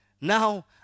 Now